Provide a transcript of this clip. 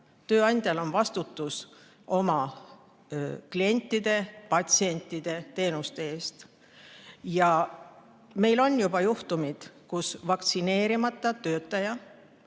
Tööandjal on vastutus oma klientide, patsientide teenuste eest. Ja meil on juba juhtumid, kus vaktsineerimata töötaja